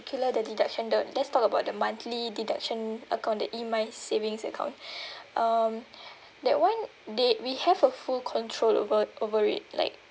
~cular the deduction don't let's talk about the monthly deduction account the e-savings account um that one they we have a full control over over it like